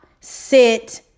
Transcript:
Sit